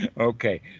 Okay